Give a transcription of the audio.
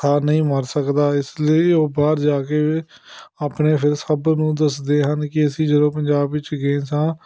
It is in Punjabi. ਭੁੱਖਾ ਨਹੀਂ ਮਰ ਸਕਦਾ ਇਸ ਲਈ ਉਹ ਬਾਹਰ ਜਾ ਕੇ ਆਪਣੇ ਸਭ ਨੂੰ ਦੱਸਦੇ ਹਨ ਕਿ ਅਸੀਂ ਜਦੋਂ ਪੰਜਾਬ ਵਿੱਚ ਗਏ ਸਾਂ